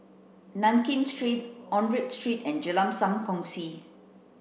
Nankin Street Onraet Road and Jalan Sam Kongsi